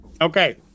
Okay